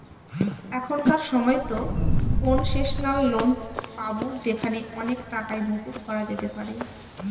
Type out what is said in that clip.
এখনকার সময়তো concessional loan পাবো যেখানে অনেক টাকাই মকুব করা যেতে পারে